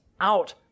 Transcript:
out